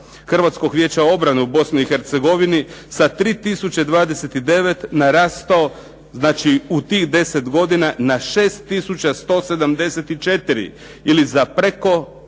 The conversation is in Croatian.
Hrvatskog vijeća obrane u Bosni i Hercegovini sa 3029 narastao, znači u tih deset godina na 6174 ili za preko